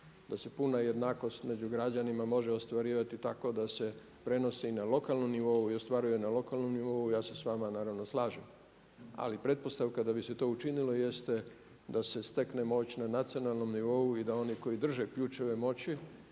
da se puna jednakost među građanima može ostvarivati tako da se prenosi na lokalnom nivou i ostvaruje na lokalnom nivou ja se s vama naravno slažem. Ali pretpostavka da bi se to učinilo jest da se stekne moć na nacionalnom nivou i da oni koji drže ključeve moći